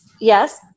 yes